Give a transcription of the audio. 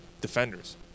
defenders